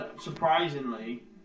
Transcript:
surprisingly